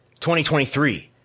2023